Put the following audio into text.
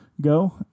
go